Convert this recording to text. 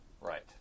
Right